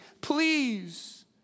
please